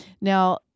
now